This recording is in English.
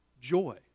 joy